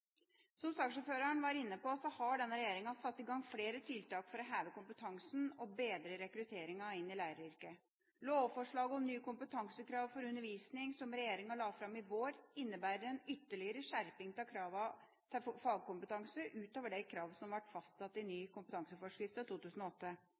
Som saksordføreren var inne på, har denne regjeringa satt i gang flere tiltak for å heve kompetansen i og bedre rekrutteringen til læreryrket. Lovforslaget om nye kompetansekrav for undervisningspersonale, som regjeringa la fram i vår, innebærer en ytterligere skjerping av kravene til fagkompetanse, utover de krav som ble fastsatt i